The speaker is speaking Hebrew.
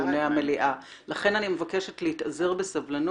לכן אני מבקשת להתאזר בסבלנות.